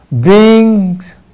beings